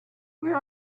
where